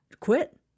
quit